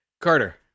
Carter